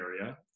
area